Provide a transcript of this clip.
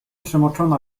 przemoczona